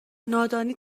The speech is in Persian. نادانی